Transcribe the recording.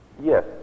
Yes